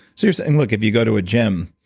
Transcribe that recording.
so you're saying, look, if you go to a gym,